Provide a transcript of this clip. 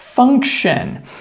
function